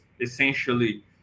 essentially